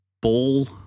ball